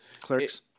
clerks